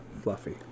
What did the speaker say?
fluffy